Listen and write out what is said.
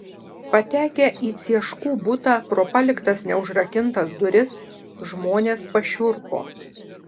patekę į cieškų butą pro paliktas neužrakintas duris žmonės pašiurpo